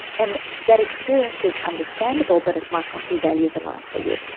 and that experience is understandable but it might not be values-aligned for you.